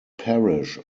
parish